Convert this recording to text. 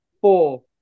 four